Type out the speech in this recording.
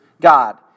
God